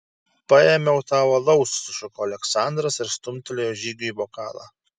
paėmiau tau alaus sušuko aleksandras ir stumtelėjo žygiui bokalą